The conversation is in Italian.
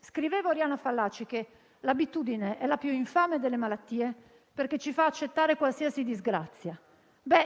scriveva Oriana Fallaci che l'abitudine è la più infame delle malattie perché ci fa accettare qualsiasi disgrazia.